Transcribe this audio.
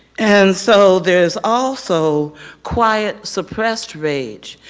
and so, there is also quiet, suppressed rage.